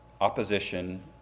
opposition